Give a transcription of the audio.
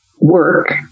work